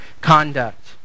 conduct